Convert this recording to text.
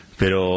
pero